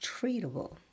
treatable